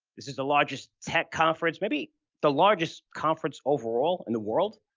this is the largest tech conference, maybe the largest conference overall in the world,